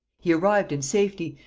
he arrived in safety,